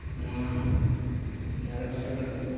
ᱱᱚᱣᱟ ᱫᱷᱟᱨᱮ ᱯᱟᱥᱮ ᱠᱚᱨᱮ ᱫᱚ